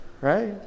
right